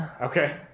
Okay